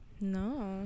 no